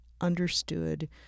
understood